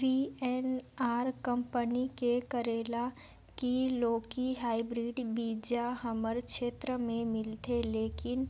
VNR company के करेला की लौकी हाईब्रिड बीजा हमर क्षेत्र मे मिलथे, लेकिन